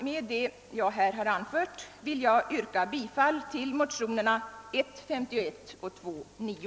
Med det anförda vill jag yrka bifall till motionerna I:51 och II: 9.